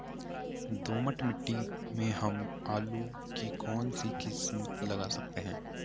दोमट मिट्टी में हम आलू की कौन सी किस्म लगा सकते हैं?